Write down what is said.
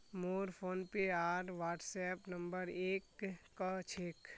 मोर फोनपे आर WhatsApp number एक क छेक